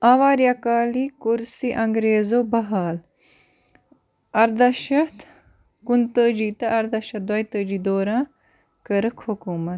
آ واریاہ کألی کوٚر سی انگریزو بحال اَرداہ شَتھ کُنتٲجی تہٕ اَرداہ شَتھ دۄیہِ تٲجی دوران کٔرٕکھ حکوٗمہ